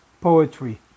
poetry